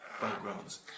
backgrounds